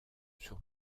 sur